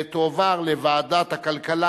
התשע"ב 2012, לוועדת הכלכלה